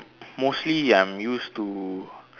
mostly ya I'm used to